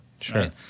Sure